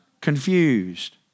Confused